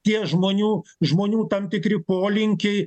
tie žmonių žmonių tam tikri polinkiai